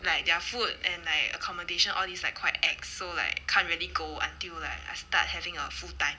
like their food and like accommodation all these like quite ex~ so like can't really go until like I start having a full time